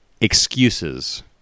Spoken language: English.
excuses